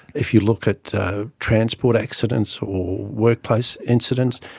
if you look at transport accidents or workplace incidents,